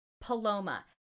Paloma